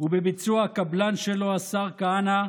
ובביצוע הקבלן שלו השר כהנא,